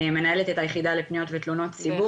אני מנהלת את היחידה לפניות ותלונות ציבור,